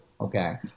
Okay